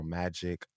magic